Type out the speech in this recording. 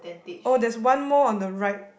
oh there's one more on the right